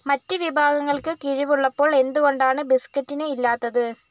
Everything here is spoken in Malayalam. മറ്റ് വിഭാഗങ്ങൾക്ക് കിഴിവ് ഉള്ളപ്പോൾ എന്തുകൊണ്ടാണ് ബിസ്ക്കറ്റിന് ഇല്ലാത്തത്